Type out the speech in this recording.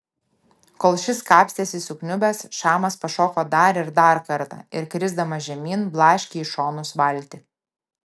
kol šis kapstėsi sukniubęs šamas pašoko dar ir dar kartą ir krisdamas žemyn blaškė į šonus valtį